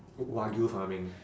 wagyu farming